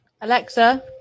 Alexa